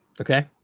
Okay